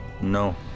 No